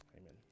Amen